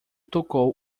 tocou